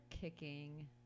kicking